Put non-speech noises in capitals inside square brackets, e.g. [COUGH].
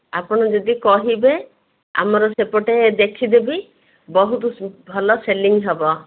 ଆପଣ ଯଦି କହିବେ ଆମର ସେପଟେ ଦେଖିଦେବି ବହୁତ [UNINTELLIGIBLE] ଭଲ ସେଲିଂ ହବ